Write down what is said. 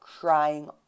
crying